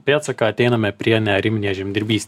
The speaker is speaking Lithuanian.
pėdsaką ateiname prie neariminės žemdirbys